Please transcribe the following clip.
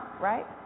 right